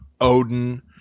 Odin